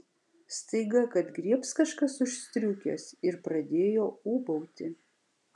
staiga kad griebs kažkas už striukės ir pradėjo ūbauti